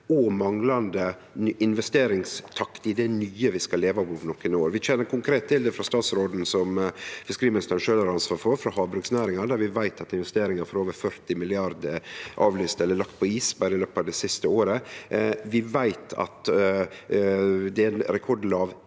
og manglande investeringstakt i det nye vi skal leve av om nokre år. Vi kjenner konkret til det frå det statsråden som fiskeriminister sjølv har ansvar for, havbruksnæringa, der vi veit at investeringar for over 40 mrd. kr er avlyste eller lagde på is berre i løpet av det siste året. Vi veit at det er rekordlav